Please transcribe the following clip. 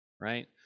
right